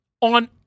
on